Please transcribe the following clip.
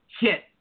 hit